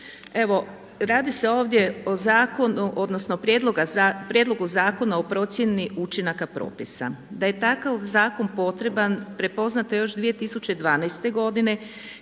Evo radi se ovdje o Prijedlogu zakona o procjeni učinaka propisa. Da je takav zakon potreban prepoznato je još 2012. godine